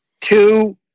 Two